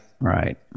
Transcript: right